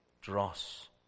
dross